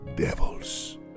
devils